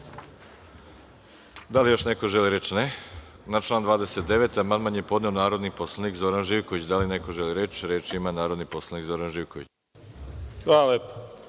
li još neko želi reč? (Ne)Na član 29. amandman je podneo narodni poslanik Zoran Živković. Da li neko želi reč? Reč ima narodni poslanik Zoran Živković. **Zoran